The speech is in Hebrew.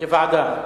לוועדת הפנים.